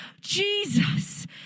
Jesus